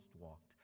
walked